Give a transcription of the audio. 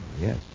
Yes